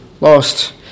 Lost